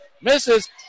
Misses